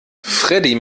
freddie